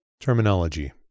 Terminology